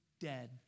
dead